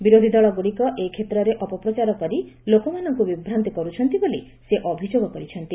ବିରୋଧୀଦଳ ଗୁଡିକ ଏ କ୍ଷେତ୍ରରେ ଅପପ୍ରଚାର କରି ଲୋକମାନଙ୍କୁ ବିଭ୍ରାନ୍ତ କରୁଛନ୍ତି ବୋଲି ସେ ଅଭିଯୋଗ କରିଛନ୍ତି